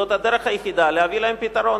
זו הדרך היחידה להביא להם פתרון,